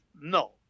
No